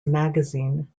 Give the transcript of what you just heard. magazine